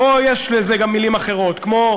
או יש לזה גם מילים אחרות, כמו